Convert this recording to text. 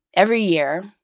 every year,